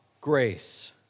grace